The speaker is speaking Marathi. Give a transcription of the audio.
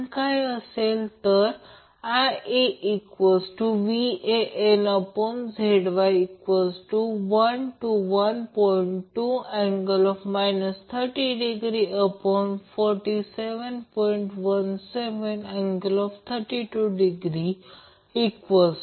तर जर असे केले तर ते या स्वरूपात असेल p 2 Vp I p नंतर cos t cos t cos t 120 o cos t 120 o cos t 120 o cos t 120 o हे सोपे करा मी अंतिम लिहिले आहे परंतु हे सोपे करा